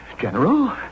General